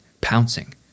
pouncing